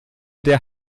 der